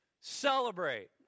celebrate